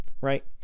right